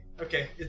Okay